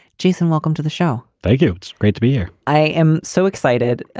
jason, welcome to the show. thank you. it's great to be here. i am so excited.